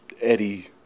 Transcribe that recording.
Eddie